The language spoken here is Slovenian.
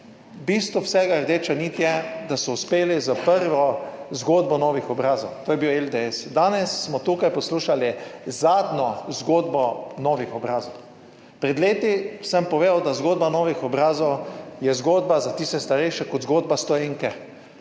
Bistvo vsega, rdeča nit je, da so uspeli s prvo zgodbo novih obrazov, to je bil LDS. Danes smo tukaj poslušali zadnjo zgodbo novih obrazov. Pred leti sem povedal, da zgodba novih obrazov je zgodba za tiste starejše kot zgodba stoenke.